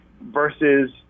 versus